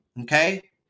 Okay